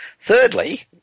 Thirdly